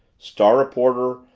star reporter,